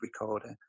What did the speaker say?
recorder